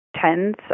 tens